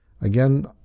Again